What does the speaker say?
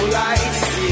lights